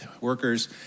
workers